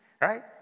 right